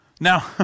Now